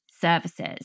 services